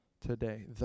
today